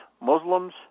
Muslims